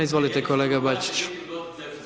Izvolite kolega Bačiću.